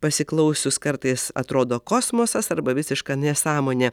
pasiklausius kartais atrodo kosmosas arba visiška nesąmonė